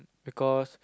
because